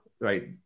right